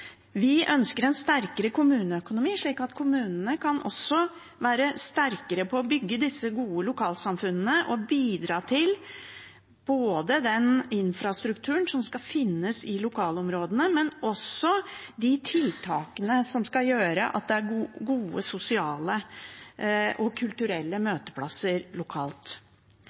Vi ønsker en sterkere kommuneøkonomi, slik at kommunene kan bli sterkere, kan bygge gode lokalsamfunn og bidra til både den infrastrukturen som skal finnes i lokalområdene, og de tiltakene som gjør at det er gode sosiale og kulturelle møteplasser lokalt.